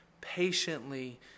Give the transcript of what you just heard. patiently